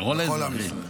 לכל המגזרים.